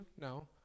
No